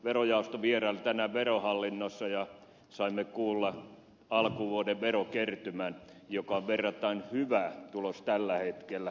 verojaosto vieraili tänään verohallinnossa ja saimme kuulla alkuvuoden verokertymän joka on verrattain hyvä tulos tällä hetkellä